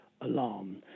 alarm